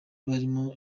barimo